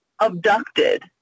Abducted